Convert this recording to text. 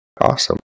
Awesome